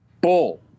bull